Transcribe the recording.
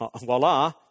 Voila